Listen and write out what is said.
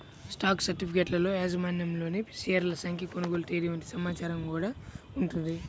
stock సర్టిఫికెట్లలో యాజమాన్యంలోని షేర్ల సంఖ్య, కొనుగోలు తేదీ వంటి సమాచారం గూడా ఉంటది